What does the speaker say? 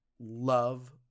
love